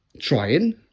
trying